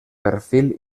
perfil